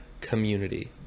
community